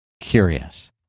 curious